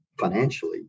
financially